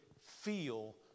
feel